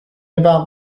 about